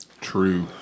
True